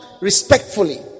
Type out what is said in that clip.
Respectfully